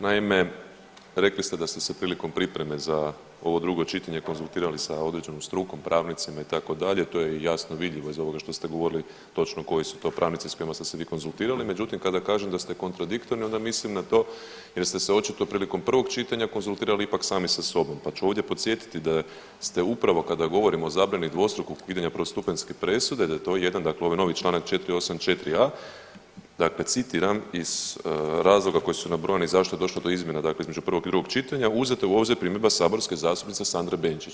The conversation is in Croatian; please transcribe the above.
Naime, rekli ste da ste se prilikom pripreme za ovo drugo čitanje konzultirali sa određenom strukom, pravnicima, itd., to je jasno vidljivo iz ovoga što ste govorili točno koji su to pravnici s kojima ste se vi konzultirali, međutim, kada kažem da ste kontradiktorni, onda mislim na to jer ste se očito prilikom prvog čitanja konzultirali ipak sami sa sobom pa ću ovdje podsjetiti da ste upravo kada govorimo o zabrani dvostrukog ukidanja prvostupanjske presude, da je to jedan dakle ovaj novi čl. 484.a, dakle citiram iz razloga koji su nabrojani zašto je došlo do izmjena, dakle između prvog i drugog čitanja, uzete u obzir primjedba saborske zastupnice Sandre Benčić.